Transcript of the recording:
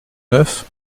neuf